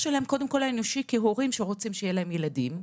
האנושי כהורים שרוצים שיהיו להם ילדים,